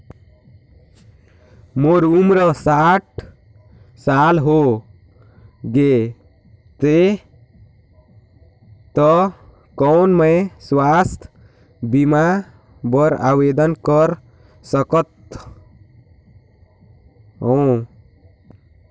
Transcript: मोर उम्र साठ साल हो गे से त कौन मैं स्वास्थ बीमा बर आवेदन कर सकथव?